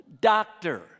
doctor